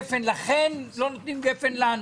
לכם לא נותנים גפן ולא נותנים גפן לנו.